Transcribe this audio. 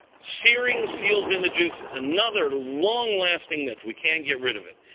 searing seals in the juices another long lasting myth. we can't get rid of it.